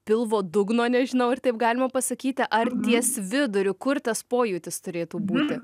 pilvo dugno nežinau ar taip galima pasakyti ar ties viduriu kur tas pojūtis turėtų būti